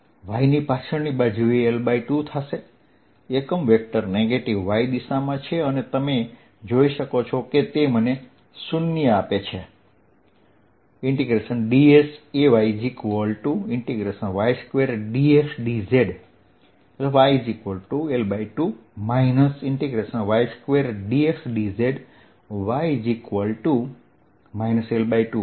y ની પાછળની બાજુએ L2 થાય એકમ વેક્ટર નેગેટીવ y દિશામાં છે અને તમે જોઈ શકો છો કે તે મને 0 આપે છે